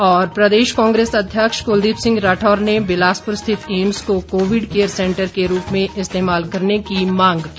और प्रदेश कांग्रेस अध्यक्ष कुलदीप सिंह राठौर ने बिलासपुर स्थित एम्स को कोविड केयर सेन्टर के रूप में इस्तेमाल करने की मांग की